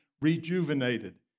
rejuvenated